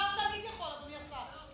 אדוני השר.